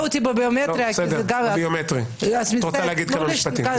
בביומטרי כי זה --- את רוצה להגיד כמה משפטים?